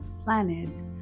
planet